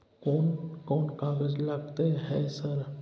कोन कौन कागज लगतै है सर?